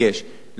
התשובה היא לא.